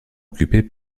occupée